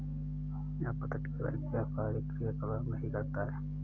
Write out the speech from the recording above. अपतटीय बैंक व्यापारी क्रियाकलाप नहीं करता है